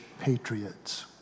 patriots